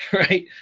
right.